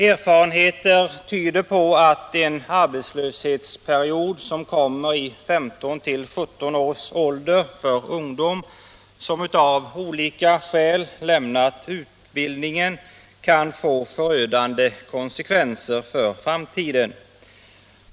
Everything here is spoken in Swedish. Erfarenheter tyder på att en arbetslöshetsperiod som kommer i 15-17-årsåldern för ungdom som av olika skäl har lämnat utbildningen kan få förödande konsekvenser i framtiden.